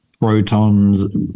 protons